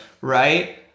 right